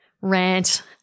rant